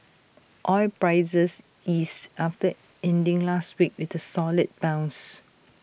oil prices eased after ending last week with A solid bounce